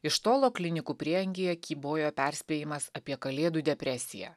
iš tolo klinikų prieangyje kybojo perspėjimas apie kalėdų depresiją